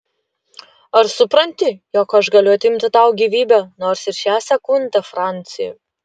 ar supranti jog aš galiu atimti tau gyvybę nors ir šią sekundę franci